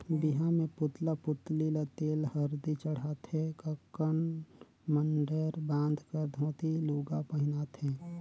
बिहा मे पुतला पुतली ल तेल हरदी चढ़ाथे ककन मडंर बांध कर धोती लूगा पहिनाथें